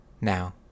Now